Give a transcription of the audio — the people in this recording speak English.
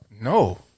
No